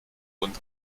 und